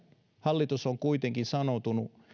hallitus on kuitenkin sanoutunut